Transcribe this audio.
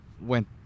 went